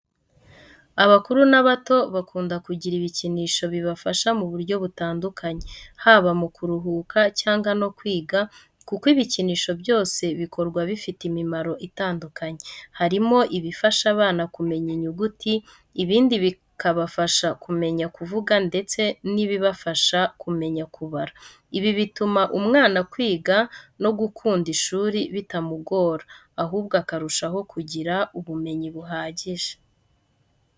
Abakuru n’abato, bakunda kugira ibikinisho bibafasha mu buryo butandukanye, haba mu kuruhuka cyangwa no kwiga kuko ibikinisho byose bikorwa bifite imimaro itandukanye. Harimo ibifasha abana kumenya inyuguti, ibindi bikabafasha kumenya kuvuga ndetse n’ibifasha kumenya kubara. Ibi bituma umwana kwiga no gukunda ishuri bitamugora, ahubwo akarushaho kugira ubumenyi buhagije.